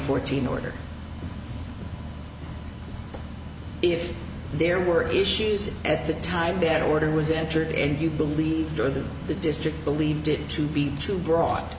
fourteen order if there were issues at the time better order was entered and you believed or that the district believed it to be too broad